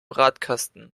radkasten